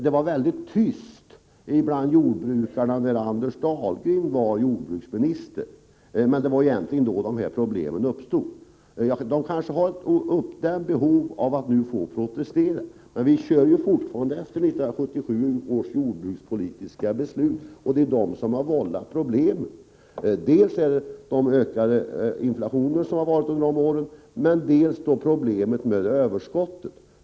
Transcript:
Det var väldigt tyst bland jordbrukarna när Anders Dahlgren satt som jordbruksminister, men det var egentligen då de här problemen uppstod. Jordbrukarna har nu kanske ett uppdämt behov av att få protestera. Vi arbetar emellertid fortfarande enligt 1977 års jordbrukspolitiska beslut, och det är dessa beslut som har vållat problemen. Till viss del gäller det den ökade inflationen under åren, men därutöver gäller det problemet med överskottet.